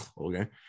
okay